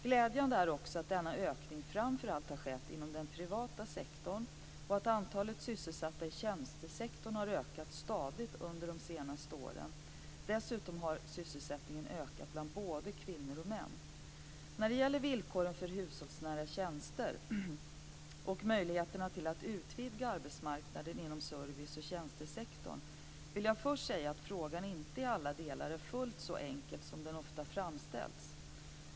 Glädjande är också att denna ökning framför allt har skett inom den privata sektorn och att antalet sysselsatta inom tjänstesektorn har ökat stadigt under de senaste åren. Dessutom har sysselsättningen ökat bland både kvinnor och män. När det gäller villkoren för hushållsnära tjänster och möjligheterna att utvidga arbetsmarknaden inom service och tjänstesektorn vill jag först säga att frågan inte i alla delar är fullt så enkel som den ofta framställs.